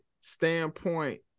standpoint